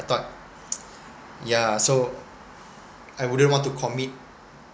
thought yeah so I wouldn't want to commit